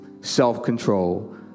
self-control